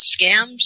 Scams